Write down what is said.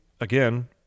again